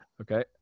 Okay